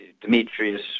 Demetrius